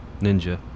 Ninja